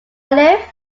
live